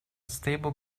stable